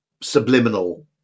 subliminal